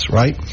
right